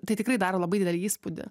tai tikrai daro labai didelį įspūdį